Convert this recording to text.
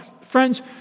Friends